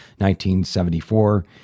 1974